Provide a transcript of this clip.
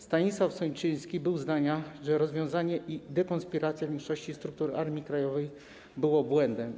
Stanisław Sojczyński był zdania, że rozwiązanie i dekonspiracja większości struktur Armii Krajowej było błędem.